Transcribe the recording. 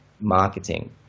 marketing